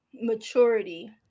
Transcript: maturity